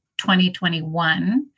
2021